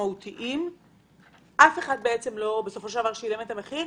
משמעותיים אף אחד לא שילם את המחיר,